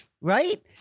right